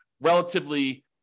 relatively